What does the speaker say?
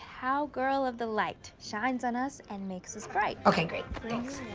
cowgirl of the light, shines on us and makes us bright. okay, great. thanks.